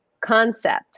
concept